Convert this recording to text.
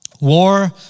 War